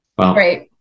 Right